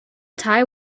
tie